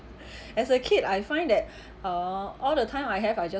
as a kid I find that uh all the time I have I just